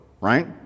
right